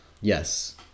Yes